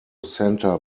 santa